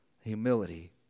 Humility